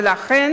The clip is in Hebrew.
ולכן